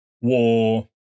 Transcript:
war